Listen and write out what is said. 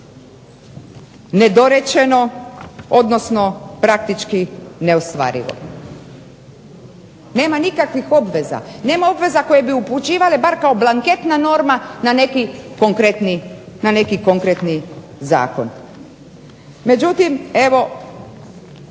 nedorečeno, odnosno praktički neostvarivo. Nema nikakvih obveza, nema obveza koje bi upućivale bar kao blanketna norma na neki konkretni zakon. Međutim, evo